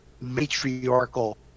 matriarchal